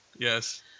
Yes